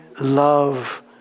love